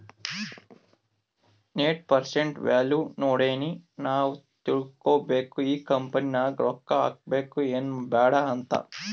net present value ನೋಡಿನೆ ನಾವ್ ತಿಳ್ಕೋಬೇಕು ಈ ಕಂಪನಿ ನಾಗ್ ರೊಕ್ಕಾ ಹಾಕಬೇಕ ಎನ್ ಬ್ಯಾಡ್ ಅಂತ್